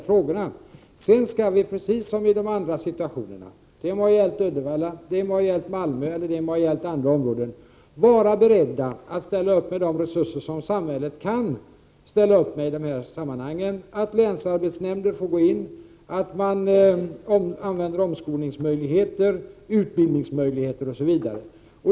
I ett senare skede skall vi precis som i de andra situationerna — det må ha gällt Uddevalla, Malmö eller andra områden — vara beredda att ställa upp med de resurser som samhället kan uppbåda i dessa sammanhang. Det kan bli fråga om att länsarbetsnämnder får träda in, att omskolningsoch utbildningsmöjligheter utnyttjas osv.